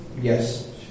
Yes